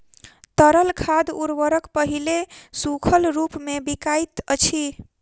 तरल खाद उर्वरक पहिले सूखल रूपमे बिकाइत अछि